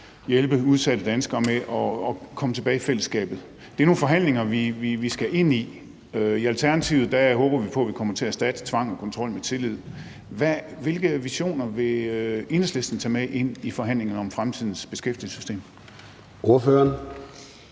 hjælpe udsatte danskere med at komme tilbage i fællesskabet. Det er nogle forhandlinger, vi skal ind i. I Alternativet håber vi på, at vi kommer til at erstatte tvang og kontrol med tillid. Hvilke visioner vil Enhedslisten tage med ind i forhandlingerne om fremtidens beskæftigelsessystem?